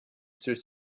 ceux